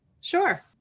Sure